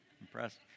Impressed